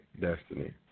destiny